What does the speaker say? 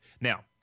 Now